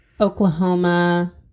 Oklahoma